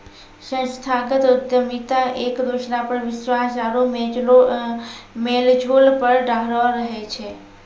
संस्थागत उद्यमिता एक दोसरा पर विश्वास आरु मेलजोल पर ठाढ़ो रहै छै